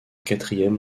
quatrième